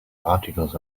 articles